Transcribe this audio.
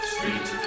Street